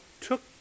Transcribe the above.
took